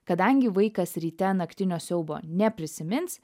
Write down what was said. kadangi vaikas ryte naktinio siaubo neprisimins